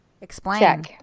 Explain